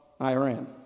Iran